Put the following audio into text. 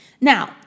Now